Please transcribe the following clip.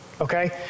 okay